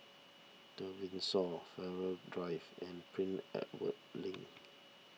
the Windsor Farrer Drive and Prince Edward Link